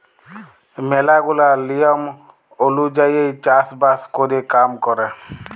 ম্যালা গুলা লিয়ম ওলুজায়ই চাষ বাস ক্যরে কাম ক্যরে